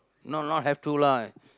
no not have to lah